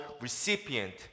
recipient